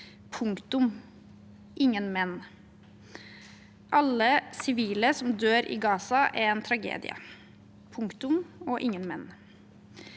punktum og ingen men. Alle sivile som dør i Gaza, er en tragedie – punktum og ingen men.